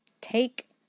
Take